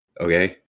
Okay